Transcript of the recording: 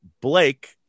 Blake